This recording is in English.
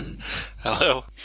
Hello